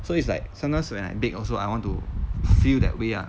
so it's like sometimes when I bake also I want to feel that way ah